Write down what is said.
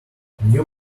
new